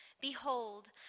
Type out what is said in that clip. Behold